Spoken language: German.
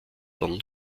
don